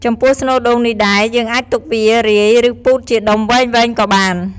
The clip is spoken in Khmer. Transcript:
ចំពោះស្នូលដូងនេះដែរ យើងអាចទុកវារាយ ឬពូតជាដុំវែងៗក៏បាន។